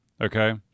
Okay